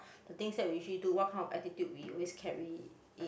the things that we usually do what kind of attitude we always carry it